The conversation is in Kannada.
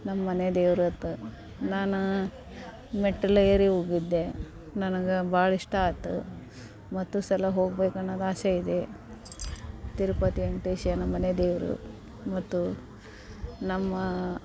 ನಮ್ಮ ಮನೆ ದೇವ್ರದ್ ನಾನು ಮೆಟ್ಟಲೇರಿ ಹೋಗಿದ್ದೆ ನನಗೆ ಭಾಳ ಇಷ್ಟ ಆತು ಮತ್ತು ಸಲ ಹೋಗ್ಬೇಕನ್ನುದು ಆಸೆ ಇದೆ ತಿರುಪತಿ ವೆಂಕಟೇಶ ನಮ್ಮ ಮನೆ ದೇವರು ಮತ್ತು ನಮ್ಮ